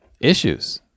issues